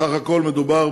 בסך הכול לא מדובר